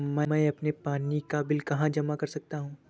मैं अपने पानी का बिल कहाँ जमा कर सकता हूँ?